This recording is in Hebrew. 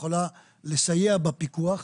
יכולה לסייע בפיקוח,